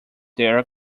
their